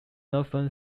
northern